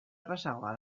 errazagoa